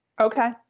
Okay